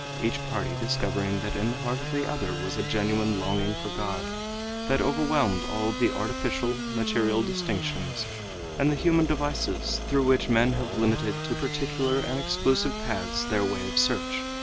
each party discovering that in the heart of the other was a genuine longing for god that overwhelmed all the artificial, material distinctions and the human devices through which men have limited to particular and exclusive paths their way of search,